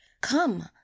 Come